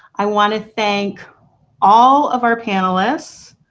i want to thank all of our panelists.